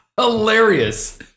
hilarious